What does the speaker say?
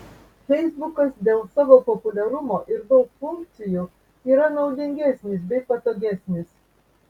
feisbukas dėl savo populiarumo ir daug funkcijų yra naudingesnis bei patogesnis